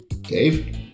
Dave